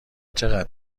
چقدر